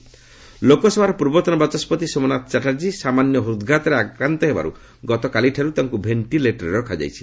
Somnath health ଲୋକସଭାର ପୂର୍ବତନ ବାଚସ୍କତି ସୋମନାଥ ଚାଟାର୍ଜୀ ସାମାନ୍ୟ ହୃଦ୍ଘାତରେ ଆକ୍ରାନ୍ତ ହେବାରୁ ଗତକାଲିଠାରୁ ତାଙ୍କୁ ଭେଷ୍ଟିଲେଟର୍ରେ ରଖାଯାଇଛି